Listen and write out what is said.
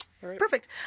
Perfect